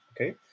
Okay